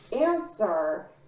answer